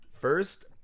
First